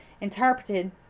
interpreted